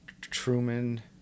Truman